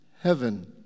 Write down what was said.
heaven